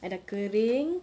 I dah kering